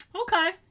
Okay